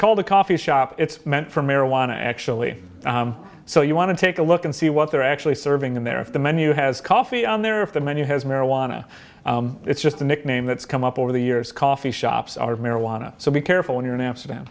called a coffee shop it's meant for marijuana actually so you want to take a look and see what they're actually serving in there of the menu has coffee on there of the menu has marijuana it's just a nickname that's come up over the years coffee shops are marijuana so be careful when you're in amsterdam